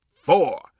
four